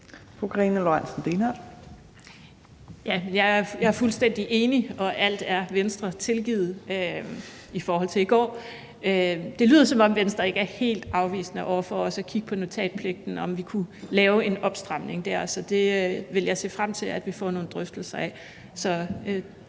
jeg er fuldstændig enig, og alt er Venstre tilgivet i forhold til i går. Det lyder, som om Venstre ikke er helt afvisende over for også at kigge på notatpligten, og om vi kunne lave en opstramning der. Så det vil jeg se frem til at vi får nogle drøftelser af.